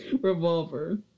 Revolver